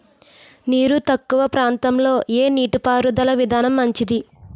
నీరు తక్కువ ప్రాంతంలో ఏ నీటిపారుదల విధానం మంచిది?